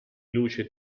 luce